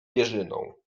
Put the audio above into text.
pierzyną